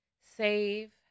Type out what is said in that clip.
Save